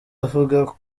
avuga